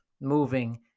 moving